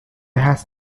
has